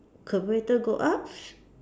converter go up